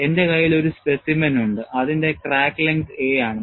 എന്റെ കയ്യിൽ ഒരു സ്പെസിമെൻ ഉണ്ട് അതിന്റെ ക്രാക്ക് ലെങ്ത് a ആണ്